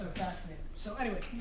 fascinating. so anyway,